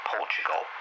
Portugal